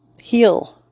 heal